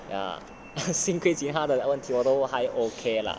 ya 幸亏其他的问题我都还 okay lah